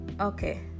okay